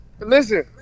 Listen